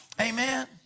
Amen